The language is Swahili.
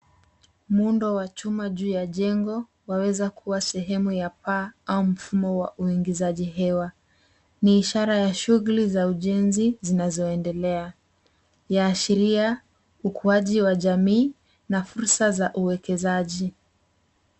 Muundo wa chuma juu ya jengo waweza kuwa sehemu ya paa au mfumo wa uingizaji hewa. Ni ishara ya shughuli za ujenzi zinazoendelea. Yaashiria ukuaji wa jamii na fursa za uwekezaji.